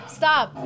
stop